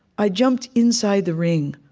i jumped inside the ring,